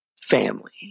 family